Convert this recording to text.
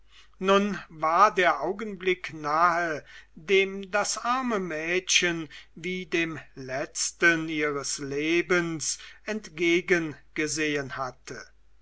nun war der augenblick nahe dem das arme mädchen wie dem letzten ihres lebens entgegengesehen hatte